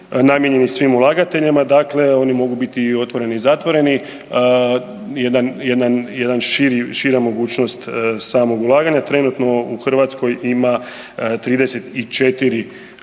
namijenjeni svim ulagateljima, dakle oni mogu biti i otvoreni i zatvoreni. Jedan, jedna šira mogućnost samog ulaganja, trenutno u Hrvatskoj ima 34 takva